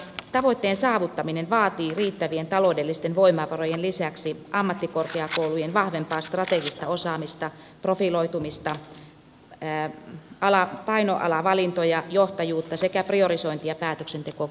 tavoitteen saavuttaminen vaatii riittävien taloudellisten voimavarojen lisäksi ammattikorkeakoulujen vahvempaa strategista osaamista profiloitumista painoalavalintoja johtajuutta sekä priorisointi ja päätöksentekokykyä